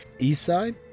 Eastside